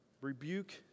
Rebuke